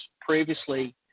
previously